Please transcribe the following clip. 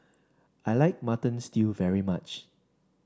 I like Mutton Stew very much